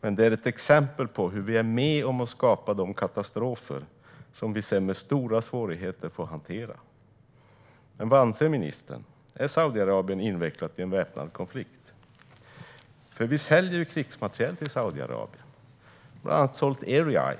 Men det är ett exempel på hur vi är med om att skapa de katastrofer som vi sedan med stora svårigheter får hantera. Men vad anser ministern, är Saudiarabien invecklat i en väpnad konflikt? Vi säljer ju krigsmateriel till Saudiarabien. Vi har bland annat sålt Erieye,